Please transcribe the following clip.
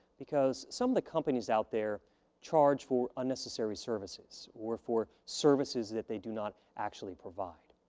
because some of the companies out there charge for unnecessary services or for services that they do not actually provide.